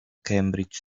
cambridge